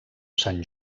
sant